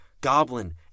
goblin